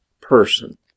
person